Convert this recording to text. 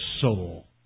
soul